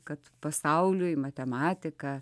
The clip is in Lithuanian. kad pasauliui matematika